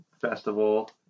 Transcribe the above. Festival